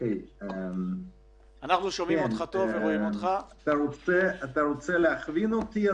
אתה רוצה להכווין אותי?